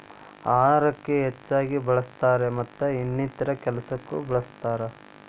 ಅಹಾರಕ್ಕ ಹೆಚ್ಚಾಗಿ ಬಳ್ಸತಾರ ಮತ್ತ ಇನ್ನಿತರೆ ಕೆಲಸಕ್ಕು ಬಳ್ಸತಾರ